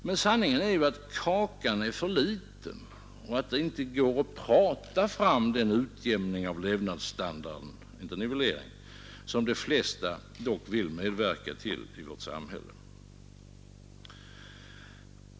Men sanningen är ju att kakan är för liten och att det inte går att prata fram den utjämning — inte nivellering — av levnadsstandarden som de flesta dock vill medverka till i vårt samhälle.